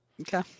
Okay